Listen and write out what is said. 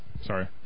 Sorry